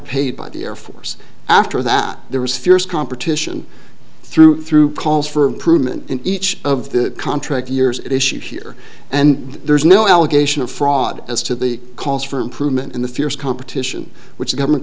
paid by the air force after that there was fierce competition through through calls for improvement in each of the contract years issues here and there's no allegation of fraud as to the calls for improvement in the fierce competition which the government